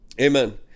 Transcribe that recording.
Amen